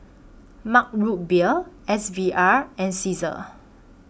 Mug Root Beer S V R and Cesar